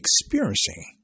experiencing